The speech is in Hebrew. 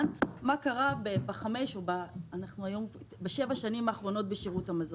מה קרה בשירות המזון בשבע השנים האחרונות.